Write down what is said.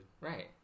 Right